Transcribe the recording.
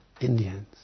Indians